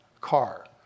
car